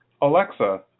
Alexa